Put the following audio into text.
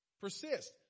persist